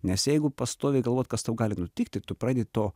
nes jeigu pastoviai galvot kas tau gali nutikti tu pradedi tuo